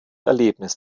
erlebnis